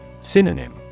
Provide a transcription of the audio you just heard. Synonym